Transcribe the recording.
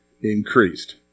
increased